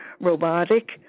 Robotic